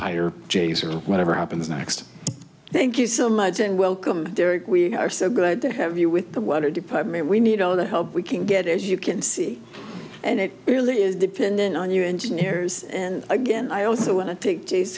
hire j s or whatever happens next thank you so much and welcome derrick we are so glad to have you with the water department we need all the help we can get as you can see and it really is dependent on your engineers and again i also want to take t